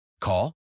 Call